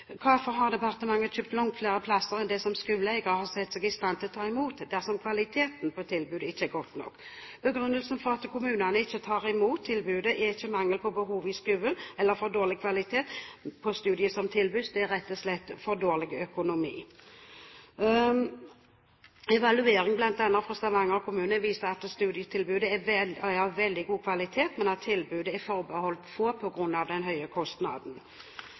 Hvorfor har departementet kjøpt langt flere plasser enn det som skoleeiere har sett seg i stand til å ta imot, dersom kvaliteten på tilbudet ikke er godt nok? Begrunnelsen for at kommunene ikke tar imot tilbudet, er ikke mangel på behov i skolen eller for dårlig kvalitet på studier som tilbys, men rett og slett for dårlig økonomi. Evalueringer, bl.a. fra Stavanger kommune, viser at studietilbudet er av veldig god kvalitet, men at det er forbeholdt få på grunn av den høye kostnaden.